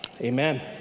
Amen